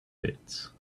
pits